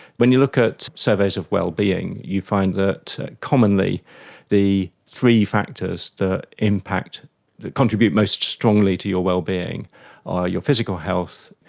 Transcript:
when you look at surveys of well-being, you find that commonly the three factors that impact, that contribute most strongly to your well-being are your physical health,